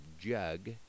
Jug